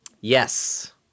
yes